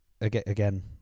again